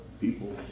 people